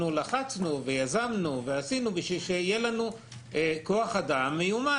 אנחנו לחצנו ויזמנו ועשינו בשביל שיהיה לנו כוח אדם מיומן.